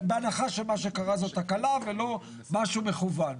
בהנחה שמה שקרה זו תקלה ולא משהו מכוון.